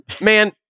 Man